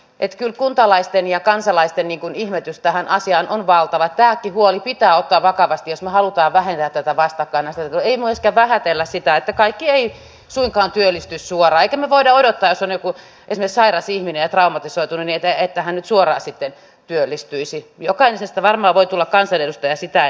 etkö kuntalaisten ja kansalaisten ikoni ihmetystä hän asia on valtava tähtivuori pitää ottaa vakavasti halutaan vähentää tätä vastakkainasettelu ei voi vähätellä sitä että kaikki ei suinkaan työllistysuoraikin voida odottaa sen joku edes sairas ihminen dramatisoitu niitä että hän nyt suoraan sitten työllistyisi jokaisesta varma voi tulla kansanedustaja sitä